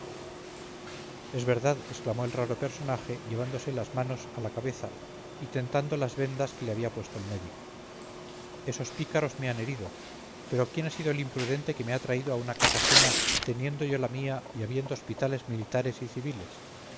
es verdad exclamó el raro personaje llevándose las manos a la cabeza y tentando las vendas que le había puesto el médico esos pícaros me han herido pero quién ha sido el imprudente que me ha traído a una casa ajena teniendo yo la mía y habiendo hospitales militares y civiles